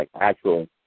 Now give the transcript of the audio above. actual